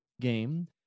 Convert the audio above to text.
game